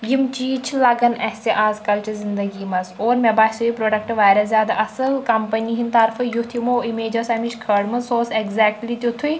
یِم چیٖز چھِ لگان اسہِ آز کَلچہِ زنٛدگی منٛز اور مےٚ باسیٛو یہِ پرٛوڈکٹہٕ واریاہ زیادٕ اصٕل کَمپٔنی ہِنٛدۍ طرفہٕ یُتھ یِمو اِمیج ٲس اَمِچۍ کھٲڑمٕژ سُہ اوس ایٚکزیکٹلی تیٛتھُے